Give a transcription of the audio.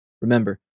Remember